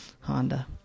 Honda